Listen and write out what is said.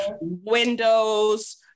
windows